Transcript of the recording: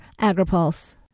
Agripulse